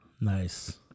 Nice